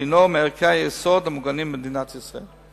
שהינו מערכי היסוד המוגנים במדינת ישראל.